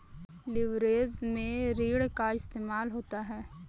leverage में ऋण का इस्तेमाल होता है